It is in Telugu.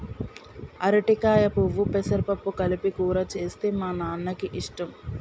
అరటికాయ పువ్వు పెసరపప్పు కలిపి కూర చేస్తే మా నాన్నకి ఇష్టం